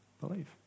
believe